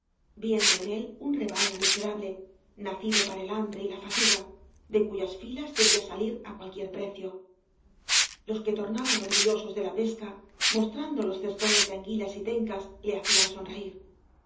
viendo en él un rebaño miserable nacido para el hambre y la fatiga de cuyas filas debía salir á cualquier precio los que tornaban orgullosos de la pesca mostrando los cestones de anguilas y tencas le hacían sonreír